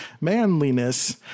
manliness